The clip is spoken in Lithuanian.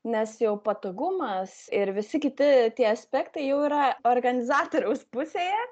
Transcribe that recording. nes jau patogumas ir visi kiti tie aspektai jau yra organizatoriaus pusėje